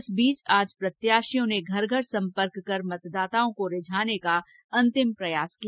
इस बीच आज प्रत्याशियों ने घर घर सम्पर्क कर मतदाताओं को रिझाने के लिए अंतिम प्रयास किया